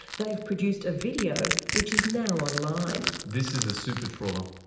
they've produced a video, which is now online. this is a super trawler.